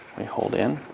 we hold in,